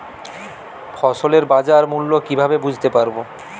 ফসলের বাজার মূল্য কিভাবে বুঝতে পারব?